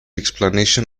explanation